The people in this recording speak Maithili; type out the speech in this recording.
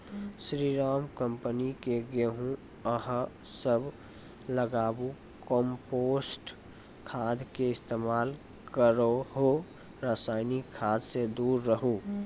स्री राम कम्पनी के गेहूँ अहाँ सब लगाबु कम्पोस्ट खाद के इस्तेमाल करहो रासायनिक खाद से दूर रहूँ?